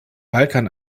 balkan